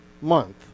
month